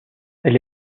elle